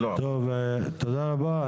טוב, תודה רבה.